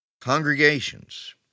Congregations